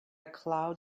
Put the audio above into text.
cloud